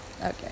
okay